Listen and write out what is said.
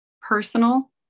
personal